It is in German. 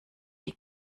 die